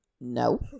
No